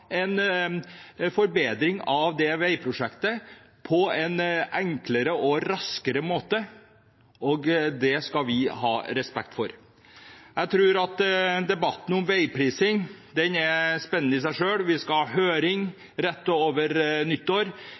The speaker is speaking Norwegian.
en forbedring av det veiprosjektet på en enklere og raskere måte. Det skal vi ha respekt for. Debatten om veiprising er spennende i seg selv. Vi skal ha høring rett over nyttår